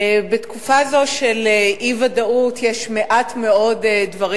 בתקופה זו של אי-ודאות יש מעט מאוד דברים